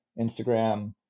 Instagram